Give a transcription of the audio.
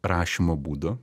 rašymo būdo